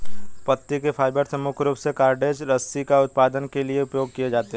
पत्ती के फाइबर जो मुख्य रूप से कॉर्डेज रस्सी का उत्पादन के लिए उपयोग किए जाते हैं